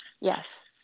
yes